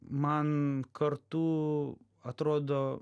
man kartu atrodo